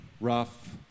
rough